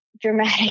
dramatic